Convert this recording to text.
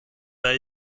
ben